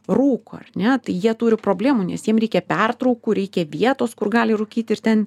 rūkoar ne jie turi problemų nes jiems reikia pertraukų reikia vietos kur gali rūkyti ir ten